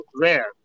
rare